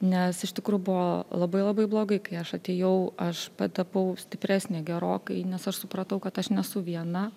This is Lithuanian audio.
nes iš tikrųjų buvo labai labai blogai kai aš atėjau aš patapau stipresnė gerokai nes aš supratau kad aš nesu viena